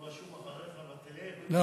הוא רשום אחריך, אבל תראה איך הוא ייכנס לאולם.